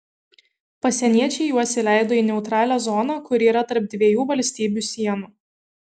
pasieniečiai juos įleido į neutralią zoną kuri yra tarp dviejų valstybių sienų